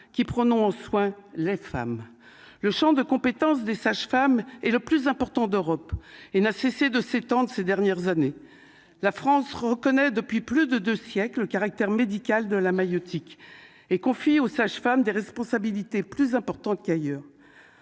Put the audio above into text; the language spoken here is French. qui prenons en soin les femmes le Champ de compétences des sages-femmes et le plus important d'Europe et n'a cessé de s'étendent ces dernières années la France reconnaît depuis plus de 2 siècles caractère médical de la maïeutique et confie aux sages-femmes des responsabilités plus importantes qu'ailleurs